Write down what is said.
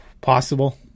Possible